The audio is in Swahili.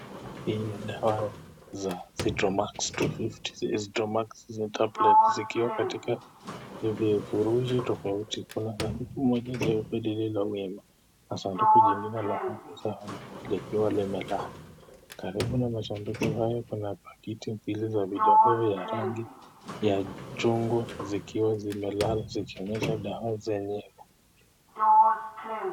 Hi ni dawa ya (cystromax 250) (cystromax tablets) zikiwa katika vifurushi tafauti kuna huko moja likiwa.. zikiwa zimelala...karibu na masuduku haya kuna rangi ya chugwa zikionyesha dawa yenyewe.